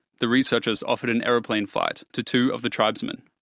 the researchers offered an aeroplane flight to two of the tribesmen.